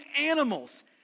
animals